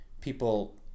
people